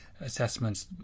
assessments